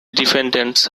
defendants